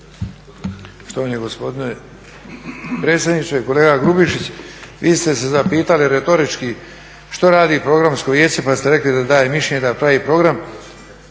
Štovani gospodine predsjedniče. Kolega Grubišić, vi ste se zapitali retorički što radi Programsko vijeće pa ste rekli da daje mišljenje, da pravi program.